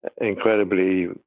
incredibly